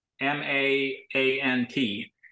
m-a-a-n-t